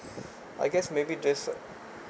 I guess maybe just uh